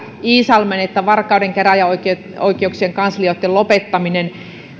iisalmen että varkauden käräjäoikeuksien kanslioitten lopettaminen